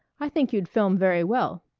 i think you'd film very well.